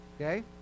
okay